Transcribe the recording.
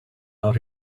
out